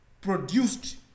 produced